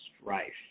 strife